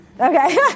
Okay